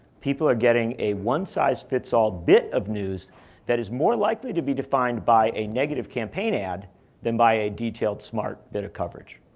people are getting a one-size-fits-all bit of news that is more likely to be defined by a negative campaign ad than by a detailed smart bit of coverage.